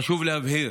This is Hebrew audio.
חשוב להבהיר,